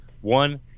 one